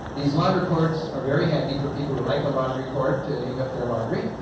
these launder cords are very handy for people who like a laundry cord to hang up their laundry.